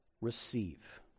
receive